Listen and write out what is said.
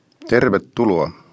Tervetuloa